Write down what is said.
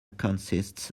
consists